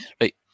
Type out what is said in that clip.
Right